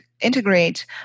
integrate